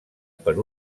per